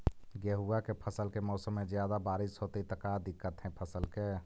गेहुआ के फसल के मौसम में ज्यादा बारिश होतई त का दिक्कत हैं फसल के?